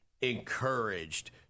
encouraged